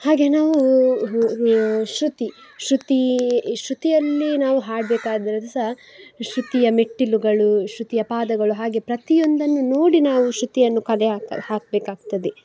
ಹಾಗೇ ನಾವೂ ಶ್ರುತಿ ಶ್ರುತಿ ಶ್ರುತಿಯಲ್ಲಿ ನಾವು ಹಾಡಬೇಕಾದ್ರೆ ಅದು ಸಹ ಶ್ರುತಿಯ ಮೆಟ್ಟಿಲುಗಳು ಶ್ರುತಿಯ ಪಾದಗಳು ಹಾಗೆ ಪ್ರತಿಯೊಂದನ್ನು ನೋಡಿ ನಾವು ಶ್ರುತಿಯನ್ನು ಕಲೆ ಹಾಕಬೇಕಾಗ್ತದೆ